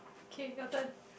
okay your turn